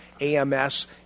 AMS